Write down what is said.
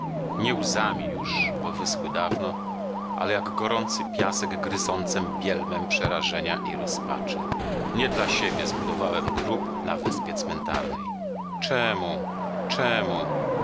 nie łzami już bo wyschły dawno ale jak gorący piasek gryzącem bielmem przerażenia i rozpaczy nie dla siebie zbudowałem grób na wyspie cmentarnej czemu czemu